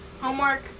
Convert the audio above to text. homework